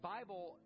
Bible